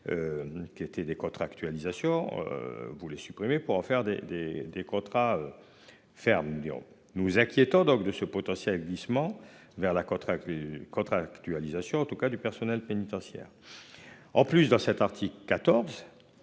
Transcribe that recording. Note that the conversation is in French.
Qui étaient des contractualisation voulait supprimer pour en faire des des des contrats. Fermes. Nous inquiétant donc de ce potentiel glissement vers la côte. Contractualisation en tout cas du personnel pénitentiaire. En plus dans cet article 14.